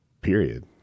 Period